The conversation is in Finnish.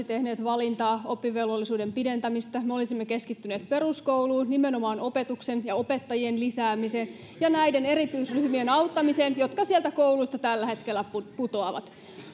tehneet valintaa oppivelvollisuuden pidentämisestä me olisimme keskittyneet peruskouluun nimenomaan opetuksen ja opettajien lisäämiseen ja näiden erityisryhmien auttamiseen jotka koulusta tällä hetkellä putoavat